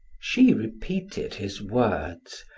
she repeated his words,